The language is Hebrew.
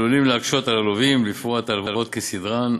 עלולים להקשות על הלווים לפרוע את ההלוואות כסדרן.